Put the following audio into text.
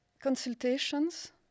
consultations